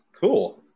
Cool